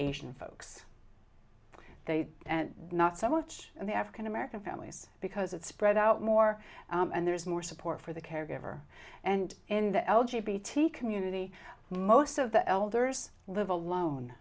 asian folks they and not so much in the african american families because it's spread out more and there's more support for the caregiver and in the l g b t community most of the elders live alone